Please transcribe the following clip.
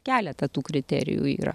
keletą tų kriterijų yra